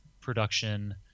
production